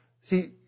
See